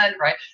right